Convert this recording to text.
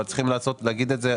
אבל צריך לעשות את זה,